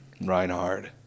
Reinhard